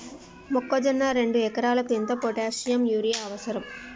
మొక్కజొన్న రెండు ఎకరాలకు ఎంత పొటాషియం యూరియా అవసరం?